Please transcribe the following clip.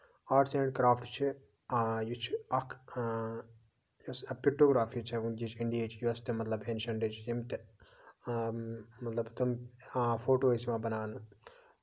arts and craft چھُ یہِ چھُ اکھ یُس پِکٹوگرافی چھِ یہِ اِنڈِہِچ یۄس تہِ مطلب اینشَنٹٕچۍ یِم تہِ مطلب تِم فوٹو ٲسۍ یِوان بَناونہٕ